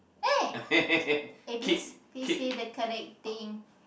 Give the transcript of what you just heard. !eh! eh please please say the correct thing